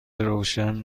روشن